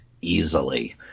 easily